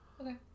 okay